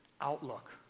outlook